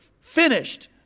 finished